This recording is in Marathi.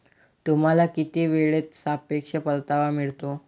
तुम्हाला किती वेळेत सापेक्ष परतावा मिळतो?